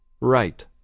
Right